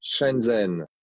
Shenzhen